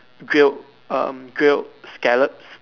grilled um grilled scallops